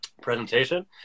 presentation